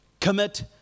Commit